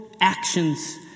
actions